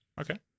Okay